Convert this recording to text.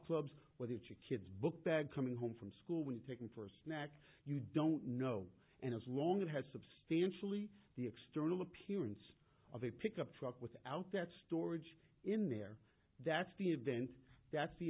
clubs whether to kids book that coming home from school when taken for a snack you don't know and as long as substantially the external appearance of a pickup truck without that storage in there that's the event that's the